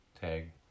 Tag